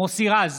מוסי רז,